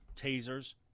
tasers